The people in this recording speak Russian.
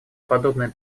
подобная